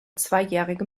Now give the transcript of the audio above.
zweijährige